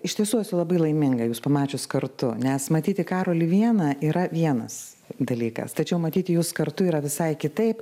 iš tiesų esu labai laiminga jus pamačius kartu nes matyti karolį vieną yra vienas dalykas tačiau matyti jus kartu yra visai kitaip